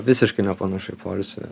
visiškai nepanašu į poilsį